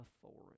authority